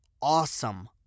awesome